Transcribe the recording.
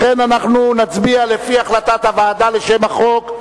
לכן נצביע לפי החלטת הוועדה על שם החוק.